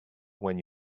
when